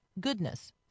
goodness